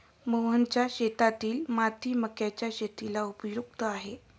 मोहनच्या शेतातील माती मक्याच्या शेतीला उपयुक्त आहे